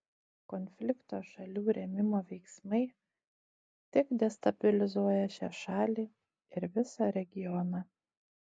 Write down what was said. konflikto šalių rėmimo veiksmai tik destabilizuoja šią šalį ir visą regioną